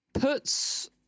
puts